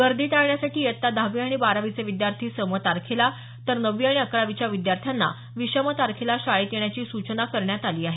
गर्दी टाळण्यासाठी इयत्ता दहावी आणि बारावीचे विद्यार्थीं सम तारखेला तर नववी आणि अकरावीच्या विद्यार्थ्यांना विषम तारखेला शाळेत येण्याची सूचना करण्यात आली आहे